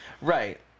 Right